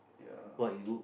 ya